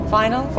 final